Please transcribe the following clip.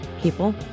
people